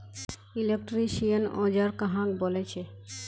Electrician औजार कहाक बोले छे?